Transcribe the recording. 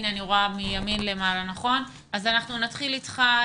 אנחנו נתחיל אתך.